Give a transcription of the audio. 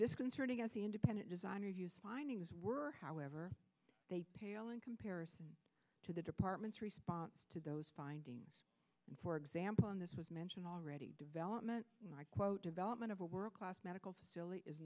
disconcerting as the independent design reviews findings were however they pale in comparison to the department's response to those findings and for example on this was mentioned already development quote development of a world class medical facility is